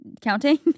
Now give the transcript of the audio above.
Counting